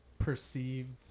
perceived